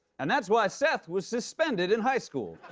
and that's why seth was suspended in high school.